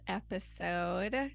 episode